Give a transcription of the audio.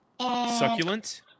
Succulent